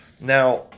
Now